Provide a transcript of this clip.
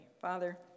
Father